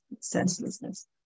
senselessness